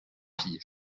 fille